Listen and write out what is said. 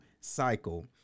cycle